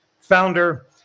founder